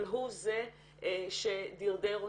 "הוא זה שדירדר אותי"